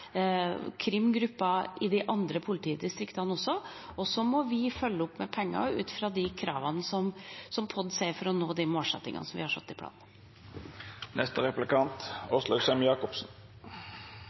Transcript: hatkrimgrupper i de andre politidistriktene også. Så må vi følge opp med penger ut fra de kravene som Politidirektoratet har, for å nå de målsettingene som vi har satt i